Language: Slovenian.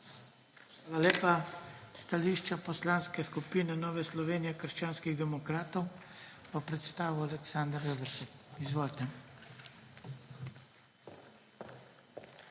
Hvala lepa. Stališče Poslanske skupine Nova Slovenija – krščanski demokrati bo predstavil Aleksander Reberšek. Izvolite.